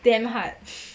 damn hard